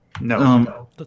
No